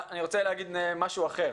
עכשיו אני רוצה להגיש משהו אחר,